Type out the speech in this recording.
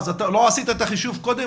לא עשית את החישוב קודם?